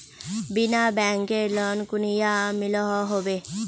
बिना बैंकेर लोन कुनियाँ मिलोहो होबे?